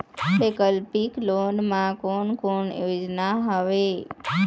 वैकल्पिक लोन मा कोन कोन योजना हवए?